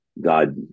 God